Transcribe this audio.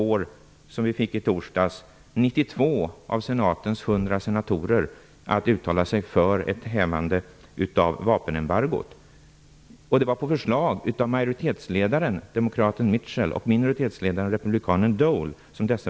Det är allvarligt att man i torsdags fick 92 av senatens 100 senatorer att uttala sig för ett hämmande av vapenembargot. Dessa beslut fattades på förslag av majoritetsledaren, demokraten Mitchell, och minoritetsledaren, republikanen Dole.